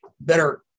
better